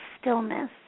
stillness